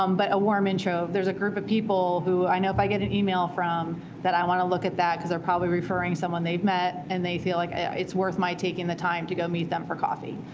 um but a warm intro, there's a group of people who i know if i get an email from that i want to look at that, because they're probably referring someone they've met. and they feel like it's worth my taking the time to go meet them for coffee,